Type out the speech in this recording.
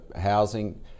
housing